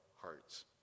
hearts